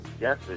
Yes